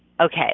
Okay